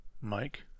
Mike